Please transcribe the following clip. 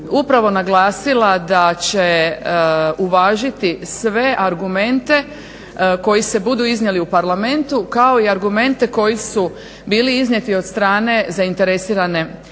upravo naglasila da će uvažiti sve argumente koji se budu iznijeli u Parlamentu, ako i argumente koji su bili iznijeti do strane zainteresirane javnosti.